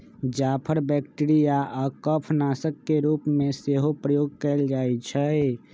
जाफर bacteria आऽ कफ नाशक के रूप में सेहो प्रयोग कएल जाइ छइ